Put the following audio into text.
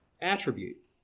attribute